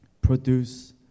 produce